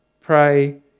pray